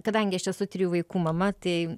kadangi aš esu trijų vaikų mama tai